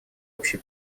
общей